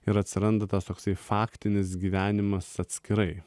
ir atsiranda tas toksai faktinis gyvenimas atskirai